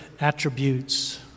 attributes